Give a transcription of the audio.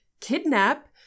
kidnap